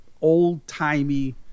old-timey